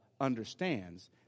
understands